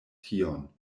tion